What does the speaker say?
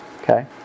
okay